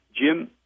Jim